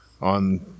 on